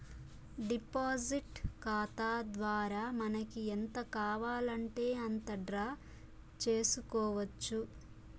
deposit ఖాతా ద్వారా మనకి ఎంత కావాలంటే అంత డ్రా చేసుకోవచ్చు